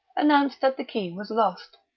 announced that the key was lost.